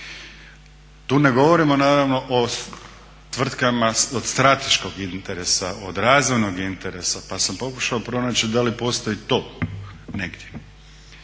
Tu ne govorimo naravno o tvrtkama od strateškog interesa, od razvojnog interesa pa sam pokušao pronaći da li postoji to negdje.